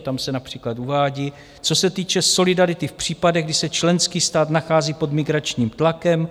Tam se například uvádí, co se týče solidarity v případech, kdy se členský stát nachází pod migračním tlakem.